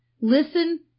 Listen